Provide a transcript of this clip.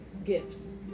Gifts